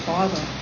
Father